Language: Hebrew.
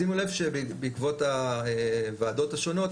שימו לב שבעקבות הוועדות השונות,